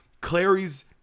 Clary's